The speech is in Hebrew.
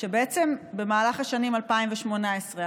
שבעצם במהלך השנים 2018,